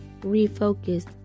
refocus